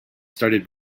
started